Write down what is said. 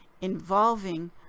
involving